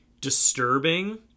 disturbing